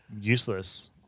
useless